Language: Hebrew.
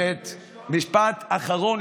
משפט אחרון,